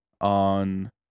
on